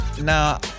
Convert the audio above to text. now